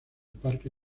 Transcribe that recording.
parque